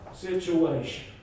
situation